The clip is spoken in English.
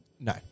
No